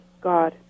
God